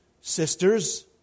sisters